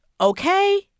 Okay